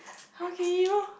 how can you